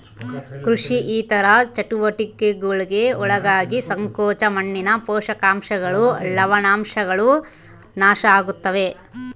ಕೃಷಿ ಇತರ ಚಟುವಟಿಕೆಗುಳ್ಗೆ ಒಳಗಾಗಿ ಸಂಕೋಚ ಮಣ್ಣಿನ ಪೋಷಕಾಂಶಗಳು ಲವಣಾಂಶಗಳು ನಾಶ ಆಗುತ್ತವೆ